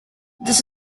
this